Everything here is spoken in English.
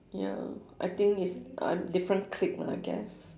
ya I think it's a different clique lah I guess